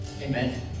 amen